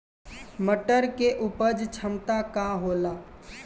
मटर के उपज क्षमता का होला?